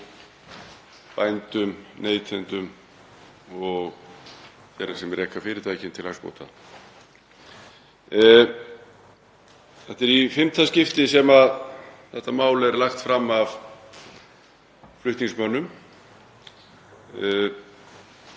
bændum, neytendum og þeim sem reka fyrirtækin til hagsbóta. Þetta er í fimmta skipti sem þetta mál er lagt fram af flutningsmönnum